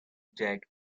jack